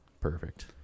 Perfect